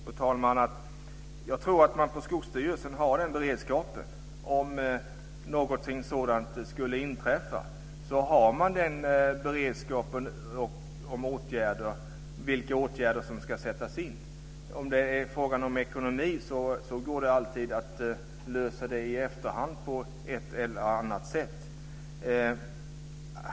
Fru talman! Jag tror att man på Skogsstyrelsen har den beredskapen. Om någonting sådant skulle inträffa, har man beredskap för de åtgärder som ska sättas in. Frågan om ekonomin kan man alltid lösa i efterhand på ett eller annat sätt.